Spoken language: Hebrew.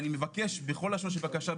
אני מבקש בכל לשון של בקשה,